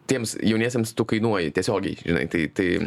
tiems jauniesiems tu kainuoji tiesiogiai žinai tai tai